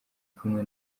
kumwe